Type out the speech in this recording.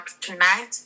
tonight